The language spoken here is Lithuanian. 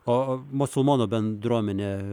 o musulmonų bendruomenė